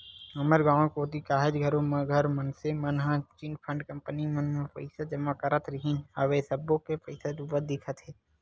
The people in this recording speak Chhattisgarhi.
हमर गाँव कोती काहेच घरों घर मनसे मन ह चिटफंड कंपनी मन म पइसा जमा करत रिहिन हवय सब्बो के पइसा डूबत दिखत हे